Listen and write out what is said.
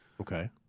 Okay